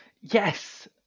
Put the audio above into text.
Yes